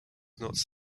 not